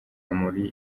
muri